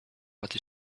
what